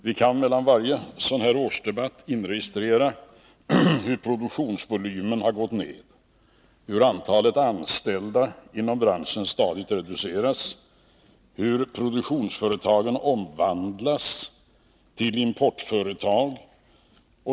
Vi kan mellan varje sådan här årsdebatt inregistrera hur produktionsvolymen har gått ned, hur antalet anställda inom branschen stadigt reduceras, hur produktionsföretagen omvandlas till importföretag.